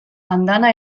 andana